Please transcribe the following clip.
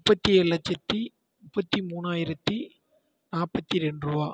முப்பத்தி ஏழு லட்சத்தி முப்பத்தி மூணாயிரத்தி நாற்பத்தி ரெண்டு ரூபா